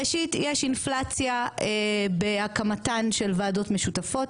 ראשית, יש אינפלציה בהקמתן של ועדות משותפות.